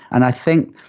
and i think,